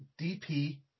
DP